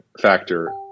factor